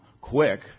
quick